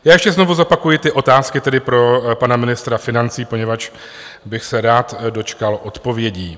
Ještě znovu zopakuji ty otázky tedy pro pana ministra financí, poněvadž bych se rád dočkal odpovědí.